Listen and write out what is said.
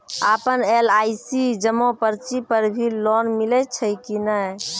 आपन एल.आई.सी जमा पर्ची पर भी लोन मिलै छै कि नै?